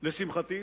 לשמחתי,